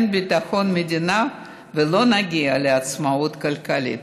ביטחון מדינה ולא נגיע לעצמאות כלכלית".